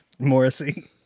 Morrissey